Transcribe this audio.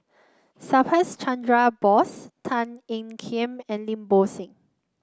Subhas Chandra Bose Tan Ean Kiam and Lim Bo Seng